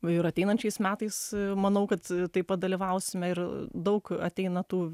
va ir ateinančiais metais manau kad taip pat dalyvausime ir daug ateina tų